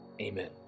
Amen